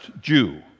Jew